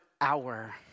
hour